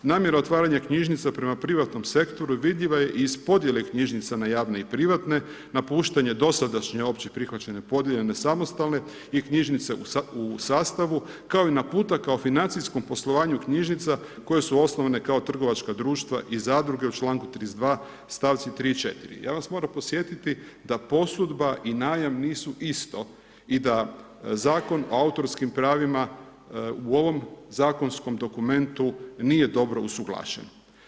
Namjera otvaranja knjižnica prema privatnom sektoru vidljiva je iz podjele knjižnica na javne i privatne, napuštanje dosadašnje opće prihvaćene podijeljene samostalne i knjižnice u sastavu, kao i naputaka o financijskom poslovanju knjižnica koje su osnovane kao trgovačka društva i zadruge u članku 32, stavci 3 i 4. Ja vas moram podsjetiti da posudba i najam nisu isto i da Zakon o autorskim pravima u ovom zakonskom dokumentu nije dobro usuglašen.